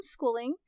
homeschooling